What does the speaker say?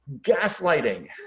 Gaslighting